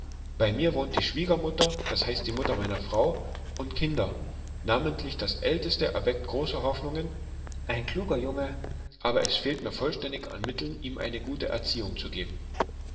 bei mir wohnt die schwiegermutter das heißt die mutter meiner frau und kinder namentlich das älteste erweckt große hoffnungen ein kluger junge aber es fehlt mir vollständig an mitteln um ihm eine gute erziehung zu geben